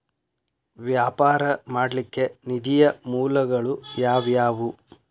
ವ್ಯಾಪಾರ ಮಾಡ್ಲಿಕ್ಕೆ ನಿಧಿಯ ಮೂಲಗಳು ಯಾವ್ಯಾವು?